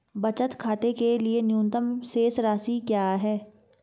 बचत खाते के लिए न्यूनतम शेष राशि क्या है?